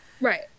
Right